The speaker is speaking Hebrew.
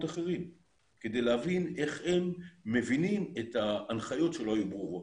אחרים כדי להבין איך הם מבינים את ההנחיות שלא היו ברורות.